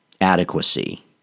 adequacy